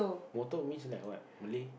motor means like what Malay